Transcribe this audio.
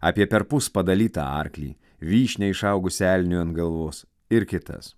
apie perpus padalytą arklį vyšnią išaugusią elniui ant galvos ir kitas